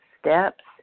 steps